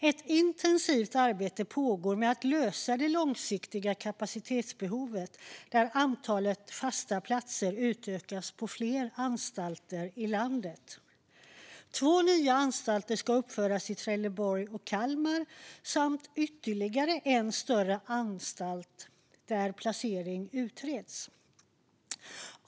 Ett intensivt arbete pågår för att lösa det långsiktiga kapacitetsbehovet, och antalet fasta platser utökas på flera anstalter i landet. Två nya anstalter ska uppföras i Trelleborg och Kalmar. Dessutom utreds placeringen för ytterligare en större anstalt.